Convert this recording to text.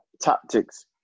tactics